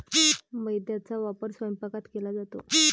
मैद्याचा वापर स्वयंपाकात केला जातो